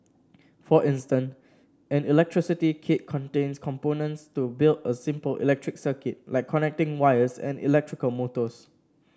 for instance an electricity kit contains components to build a simple electric circuit like connecting wires and electrical motors